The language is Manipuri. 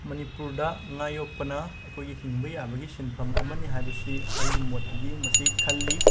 ꯃꯥꯅꯤꯄꯨꯔꯗ ꯉꯥ ꯌꯣꯛꯄꯅ ꯑꯩꯈꯣꯏꯒꯤ ꯍꯤꯡꯕ ꯌꯥꯕꯒꯤ ꯁꯤꯟꯐꯝ ꯑꯃꯅꯤ ꯍꯥꯏꯕꯁꯤ ꯑꯩꯒꯤ ꯃꯣꯠꯇꯗꯤ ꯃꯁꯤ ꯈꯜꯂꯤ